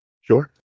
Sure